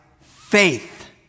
faith